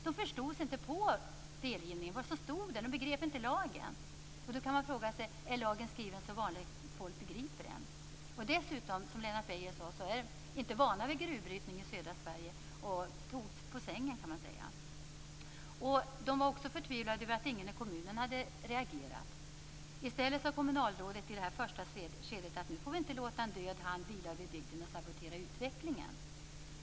De förstod sig inte på delgivningen och vad som stod där. De begrep inte lagen. Då kan man fråga sig om lagen är skriven så vanligt folk begriper. Dessutom är de inte vana vid gruvbrytning i södra Sverige, precis som Lennart Beijer sade. Man kan säga att de togs på sängen. De var också förtvivlade över att ingen i kommunen hade reagerat. I stället sade kommunalrådet i det första skedet att nu får vi inte låta en död hand vila över bygden och sabotera utvecklingen.